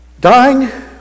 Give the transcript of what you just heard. dying